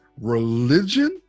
religion